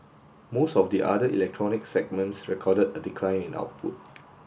most of the other electronics segments recorded a decline in output